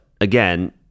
again